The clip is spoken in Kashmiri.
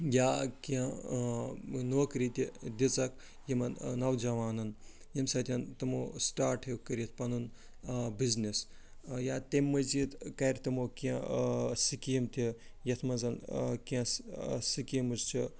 یا کیٚنٛہہ نوکری تہِ دِژکھ یِمن نوجوانن ییٚمہِ سۭتۍ تِمو سِٹاٹ ہیوٚک کٔرِتھ پنُن بِزنِس یا تَمہِ مٔزیٖد کَرِ تِمو کیٚنٛہہ سِکیٖم تہِ یِتھ منٛز کیٚنٛہہ سہِ سِکیٖمہٕ چھِ